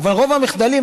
אבל רוב המחדלים,